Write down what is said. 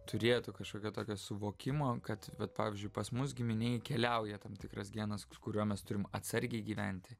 turėtų kažkokio tokio suvokimo kad vat pavyzdžiui pas mus giminėj keliauja tam tikras genas kuriuo mes turime atsargiai gyventi